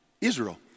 Israel